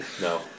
No